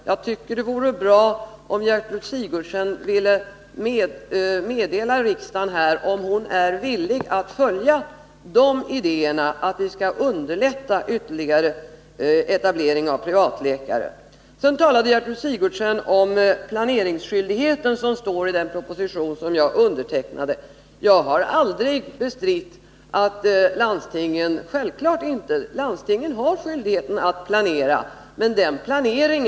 Jag tycker att det vore bra om Gertrud Sigurdsen ville meddela riksdagen, om hon är villig att följa de idéerna och underlätta ytterligare etablering av privatläkare. Sedan talade Gertrud Sigurdsen om planeringsskyldigheten som står angiven i den proposition som jag undertecknade. Jag har aldrig bestritt landstingens skyldighet att planera. Självfallet har landstingen den skyldigheten.